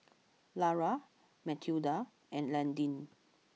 Lara Mathilda and Landin